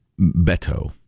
Beto